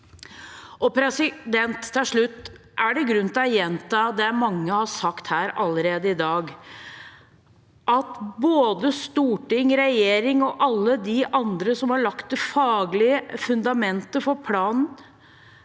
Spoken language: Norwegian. vår framtid. Til slutt er det grunn til å gjenta det mange her allerede har sagt i dag: at både storting, regjering og alle de andre som har lagt det faglige fundamentet for planen,